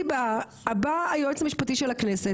באה היועץ של הכנסת,